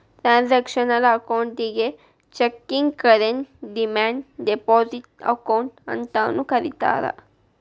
transactional ಅಕೌಂಟಿಗಿ checking current demand deposit account ಅಂತಾನೂ ಕರಿತಾರಾ